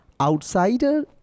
Outsider